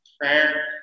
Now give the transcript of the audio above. prayer